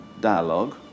dialogue